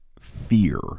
fear